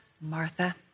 Martha